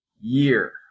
year